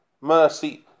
mercy